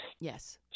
Yes